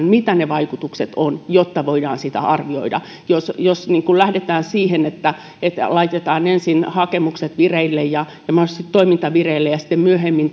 mitä ne vaikutukset ovat jotta voidaan niitä arvioida jos jos lähdetään siihen että että laitetaan ensin hakemukset vireille ja mahdollisesti toiminta vireille ja sitten myöhemmin